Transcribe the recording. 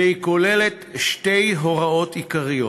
והיא כוללת שתי הוראות עיקריות: